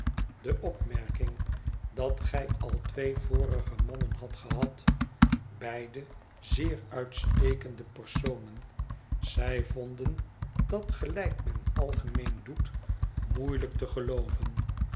de opmerking dat gij al twee vorige mannen hadt gehad beide zeer uitstekende personen zij vonden dat gelijk men algemeen doet moeielijk te gelooven